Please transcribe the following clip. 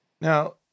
Now